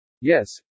Yes